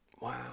Wow